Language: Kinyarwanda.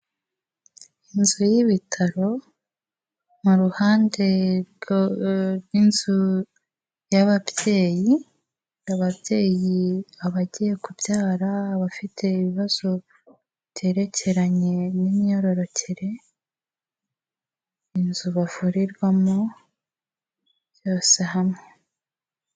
Inzu y'ibitaro mu ruhande rw'inzu y'ababyeyi, ababyeyi ,abagiye kubyara, abafite ibibazo byerekeranye n'imyororokere, inzu bavurirwamo byose hamwe.